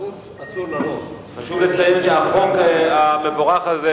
חשוב לציין שהחוק המבורך הזה,